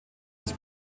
des